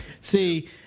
see